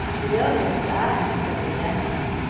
you know that it was i who discovered manuel,